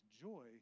joy